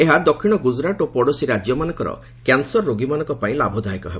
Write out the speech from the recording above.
ଏହା ଦକ୍ଷିଣ ଗୁଜୁରାଟ ଓ ପଡୋଶୀ ରାଜ୍ୟମାନଙ୍କର କ୍ୟାନସର ରୋଗୀମାନଙ୍କ ପାଇଁ ଲାଭଦାୟକ ହେବ